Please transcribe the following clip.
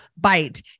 bite